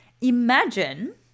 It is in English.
Imagine